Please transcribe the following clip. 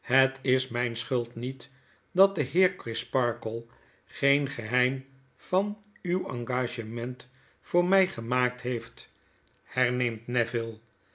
het is myn schuld niet dat de heer crisparkle geen geheim van uw engagement voor my gemaakt heeft herneernt